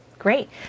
Great